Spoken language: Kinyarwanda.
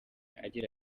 agira